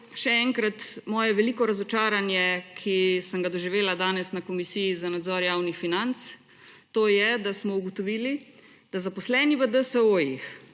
še enkrat moje veliko razočaranje, ki sem ga doživela danes na Komisiji za nadzor javnih financ. To je, da smo ugotovili, da zaposleni v DSO-jih,